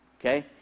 okay